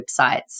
websites